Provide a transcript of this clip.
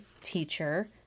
teacher